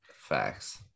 Facts